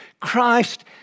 Christ